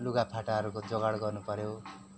लुगा फाटाहरूको जोगाड गर्नु पऱ्यो